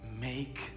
make